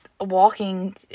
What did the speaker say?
walking